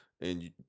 and-